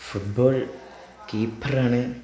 football കീപ്പറാണ്